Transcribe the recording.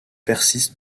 persistent